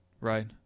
Right